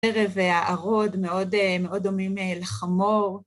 ערב הערוד מאוד דומים לחמור.